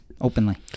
openly